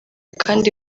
kandi